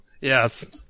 Yes